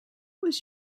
was